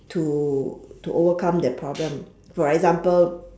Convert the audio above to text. to to overcome that problem for example